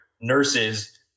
nurses